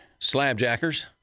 Slabjackers